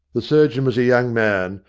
the surgeon was a young man,